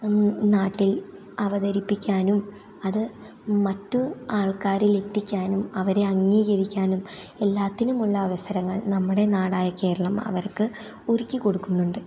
നാട്ടിൽ അവതരിപ്പിക്കാനും അതു മറ്റ് ആൾക്കാരിലെത്തിക്കാനും അവരെ അംഗീകരിക്കാനും എല്ലാറ്റിനുമുള്ള അവസരങ്ങൾ നമ്മുടെ നാടായ കേരളം അവർക്ക് ഒരുക്കി കൊടുക്കുന്നുണ്ട്